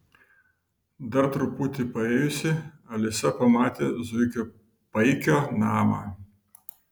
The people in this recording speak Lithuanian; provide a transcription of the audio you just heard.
dar truputį paėjusi alisa pamatė zuikio paikio namą